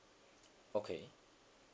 okay